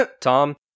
Tom